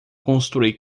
construir